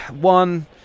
one